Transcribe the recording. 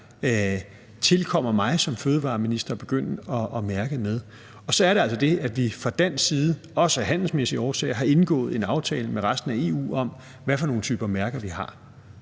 tilkommer mig som fødevareminister at begynde at mærke med det. Så er der altså det, at vi fra dansk side, også af handelsmæssige årsager, har indgået en aftale med resten af EU om, hvad for nogle typer mærker vi har,